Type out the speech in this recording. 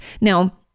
Now